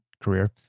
career